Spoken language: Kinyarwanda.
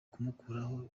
kumukuraho